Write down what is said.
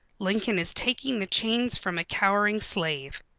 lincoln is taking the chains from a cowering slave.